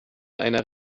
einer